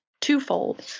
twofold